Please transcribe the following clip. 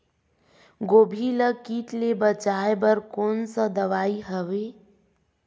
गोभी ल कीट ले बचाय बर कोन सा दवाई हवे?